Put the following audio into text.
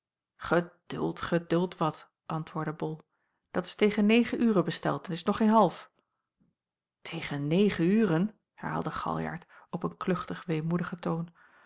geduld geduld wat antwoordde bol dat is tegen negen uren besteld en t is nog geen half tegen negen uren herhaalde galjart op een kluchtig weemoedigen toon